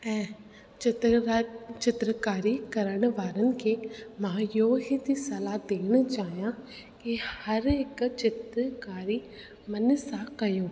ऐं चित्रकारु चित्रकारी करणु वारनि खे मां इहो ई थी सलाह ॾियणु चाहियां की हर हिकु चित्रकारी मन सां कयूं